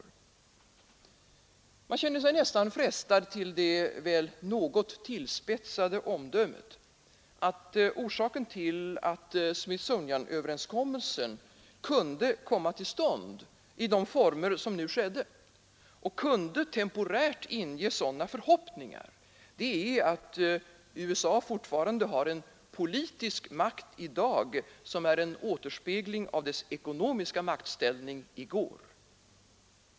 Man känner sig nästan frestad till det väl något tillspetsade omdömet att orsaken till Smithsonianöverenskommelsen kunde komma till stånd i de former som nu skedde och kunde temporärt inge sådana förhoppningar som att USA fortfarande har en politisk makt i dag som är en återspegling av dess ekonomiska maktställning i går.